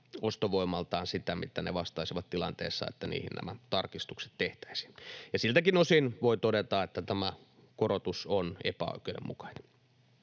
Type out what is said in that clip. ostovoimaltaan sitä, mitä ne vastaisivat tilanteessa, jossa niihin nämä tarkistukset tehtäisiin. Siltäkin osin voi todeta, että tämä korotus on epäoikeudenmukainen.